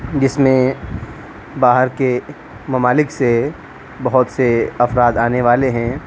جس میں باہر کے ممالک سے بہت سے افراد آنے والے ہیں